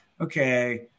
okay